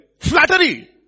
Flattery